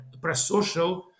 prosocial